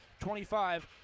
25